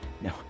No